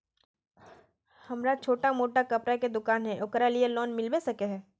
हमरा छोटो मोटा कपड़ा के दुकान है ओकरा लिए लोन मिलबे सके है?